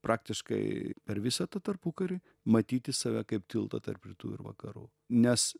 praktiškai per visą tą tarpukarį matyti save kaip tiltą tarp rytų ir vakarų nes